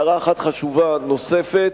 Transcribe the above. הערה אחת חשובה נוספת.